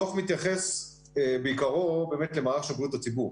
הדוח מתייחס בעיקרו למערך של בריאות הציבור,